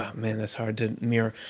ah man, that's hard to mirror.